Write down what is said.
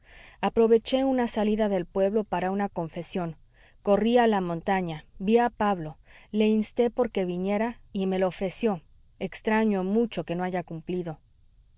aproveché una salida del pueblo para una confesión corrí a la montaña ví a pablo le insté por que viniera y me lo ofreció extraño mucho que no haya cumplido